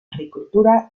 agricultura